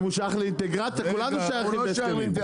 הם הוא שייך לאינטגרציה, כולנו שייכים להסכמים.